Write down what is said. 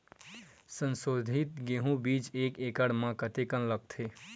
संसोधित गेहूं बीज एक एकड़ म कतेकन लगथे?